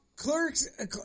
Clerks